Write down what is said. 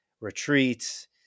retreats